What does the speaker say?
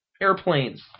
airplanes